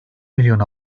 milyon